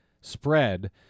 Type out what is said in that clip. spread